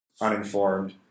uninformed